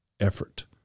Effort